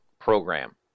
program